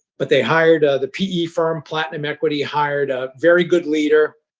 but they hired the pe firm platinum equity, hired a very good leader.